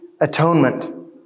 atonement